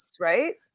right